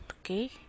okay